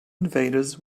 invaders